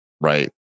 right